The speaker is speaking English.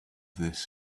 this